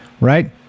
right